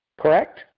Correct